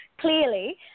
clearly